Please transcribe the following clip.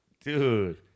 Dude